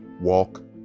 walk